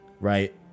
right